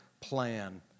plan